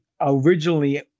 originally